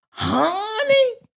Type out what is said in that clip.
Honey